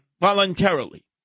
voluntarily